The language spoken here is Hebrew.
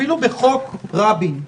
אפילו בחוק רבין,